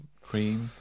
Cream